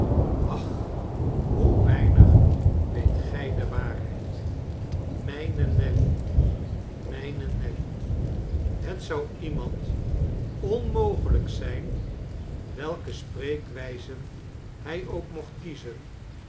ach hoe weinig weet gij de waarheid mijne nelly mijne nelly het zou iemand onmogelijk zijn welke spreekwijzen hij ook mocht kiezen